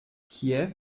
kiew